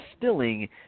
distilling